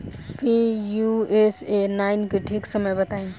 Pusa nine के ठीक समय बताई जाई?